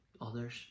others